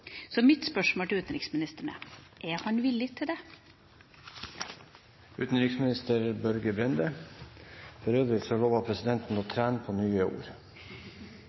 Så mitt spørsmål til utenriksministeren er: Er han villig til det? Neste taler er utenriksminister Børge Brende. For øvrig lover presidenten å trene på nye ord.